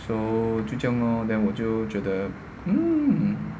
so 就这样 then 我就觉得 mm